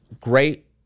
great